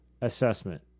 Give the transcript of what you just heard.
assessment